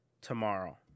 tomorrow